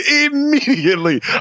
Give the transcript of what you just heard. Immediately